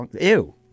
Ew